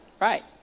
right